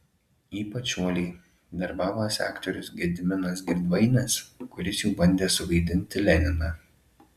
ypač uoliai darbavosi aktorius gediminas girdvainis kuris bandė suvaidinti leniną